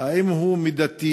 האם הוא מידתי?